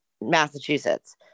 massachusetts